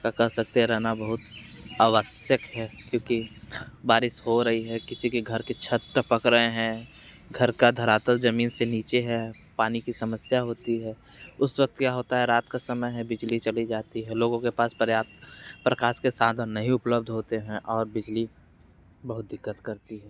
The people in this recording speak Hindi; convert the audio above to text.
का कह सकते है रहना बहुत आवश्यक है क्योंकि ख बारिश हो रही है किसी की घर के छत टपक रहें हैं घर का धरातल ज़मीन से नीचे है पानी की समस्या होती है उस वक्त क्या होता है रात का समय है बिजली चली जाती है लोगों के पास पर्याप्त प्रकाश के साधन नहीं उपलब्ध होते हैं और बिजली बहुत दिक्कत करती है